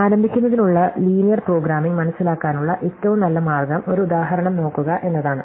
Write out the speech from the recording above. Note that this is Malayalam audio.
ആരംഭിക്കുന്നതിനുള്ള ലീനിയർ പ്രോഗ്രാമിംഗ് മനസിലാക്കാനുള്ള ഏറ്റവും നല്ല മാർഗം ഒരു ഉദാഹരണം നോക്കുക എന്നതാണ്